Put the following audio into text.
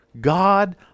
God